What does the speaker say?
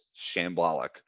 shambolic